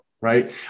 right